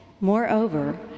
Moreover